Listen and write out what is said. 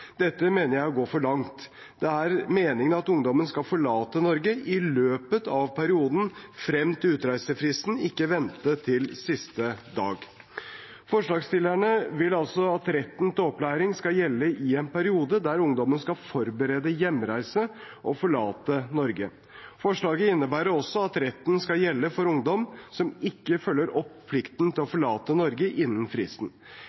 Dette mener jeg er å gå for langt. Det er meningen at ungdommen skal forlate Norge i løpet av perioden frem til utreisefristen, ikke vente til siste dag. Forslagsstillerne vil altså at retten til opplæring skal gjelde i en periode der ungdommen skal forberede hjemreise og forlate Norge. Forslaget innebærer også at retten skal gjelde for ungdom som ikke følger opp plikten til å forlate Norge innen fristen.